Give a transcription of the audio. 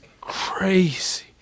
crazy